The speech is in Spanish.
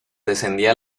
descendía